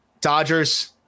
Dodgers